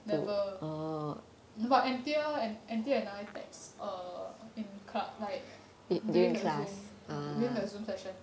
never but anthea and anthea and I text err in class like during the zoom during the zoom session